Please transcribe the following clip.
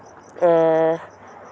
ᱮ